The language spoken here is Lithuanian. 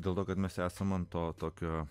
dėl to kad mes esam ant to tokio